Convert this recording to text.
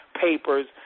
papers